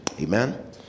Amen